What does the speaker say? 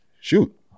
shoot